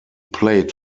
played